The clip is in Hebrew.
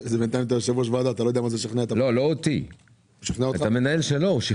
לא אותי אלא את המנהל שלו.